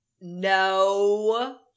No